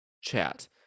chat